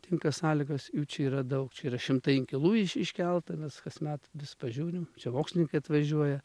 tinka sąlygos jų čia yra daug čia yra šimtai inkilų iš iškelta nes kasmet vis pažiūrim čia mokslininkai atvažiuoja